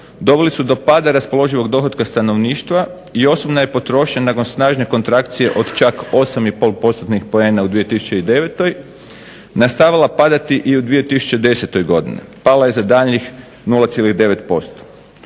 doveli su do pada raspoloživog dohotka stanovništva i osobna je potrošnja nakon snažne kontrakcije od čak 8,5 postotnih poena u 2009. nastavila padati i u 2010. godini. Pala je za daljnjih 0,9%.